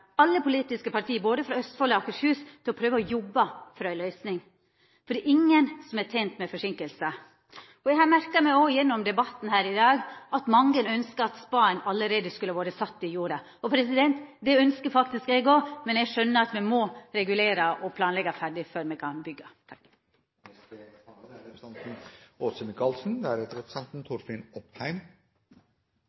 alle politiske parti, både frå Østfold og Akershus, til å prøva å jobba for ei løysing. For det er ingen som er tent med forseinkingar. Eg har merka meg gjennom debatten her i dag at mange skulle ønskt at spaden allereie var sett i jorda. Det ønskjer eg òg, men eg skjønar at me må regulera og planleggja ferdig før me kan byggja. Det er helt utrolig å registrere at representanten